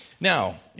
Now